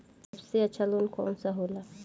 सबसे अच्छा लोन कौन सा होला?